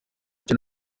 icyo